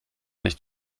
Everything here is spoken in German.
nicht